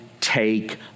take